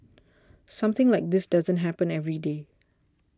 something like this doesn't happen every day